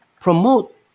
promote